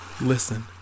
listen